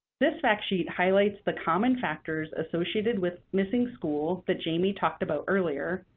this fact sheet highlights the common factors associated with missing school that jaimie talked about earlier,